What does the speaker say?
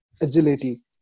agility